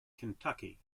kentucky